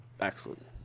Excellent